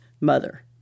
mother